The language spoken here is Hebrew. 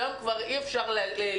שהיום כבר אי אפשר להתעסק בזה.